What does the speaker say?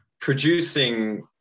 producing